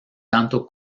tanto